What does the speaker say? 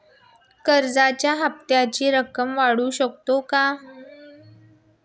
कर्जाच्या हप्त्याची रक्कम वाढवू शकतो का?